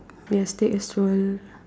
yes take a stroll